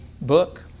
book